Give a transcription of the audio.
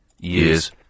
years